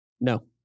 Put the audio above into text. No